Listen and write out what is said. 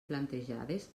plantejades